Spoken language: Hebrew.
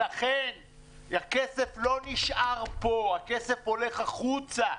לכן הכסף לא נשאר פה, הכסף הולך החוצה.